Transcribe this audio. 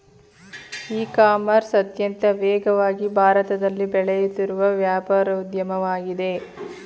E commerce ಅತ್ಯಂತ ವೇಗವಾಗಿ ಭಾರತದಲ್ಲಿ ಬೆಳೆಯುತ್ತಿರುವ ವ್ಯಾಪಾರೋದ್ಯಮವಾಗಿದೆ